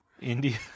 India